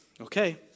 Okay